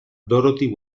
dorothy